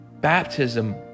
Baptism